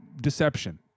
deception